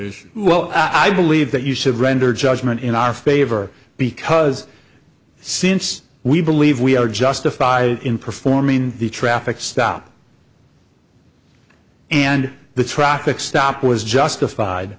is well i believe that you should render judgment in our favor because since we believe we are justified in performing the traffic stop and the traffic stop was justified